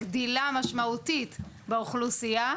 גדילה משמעותית באוכלוסייה,